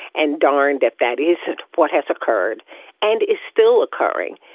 and darned if that isn't what has occurred and is still occurring.